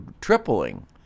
tripling